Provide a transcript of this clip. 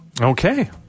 Okay